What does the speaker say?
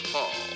Paul